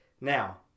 now